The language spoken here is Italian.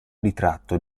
ritratto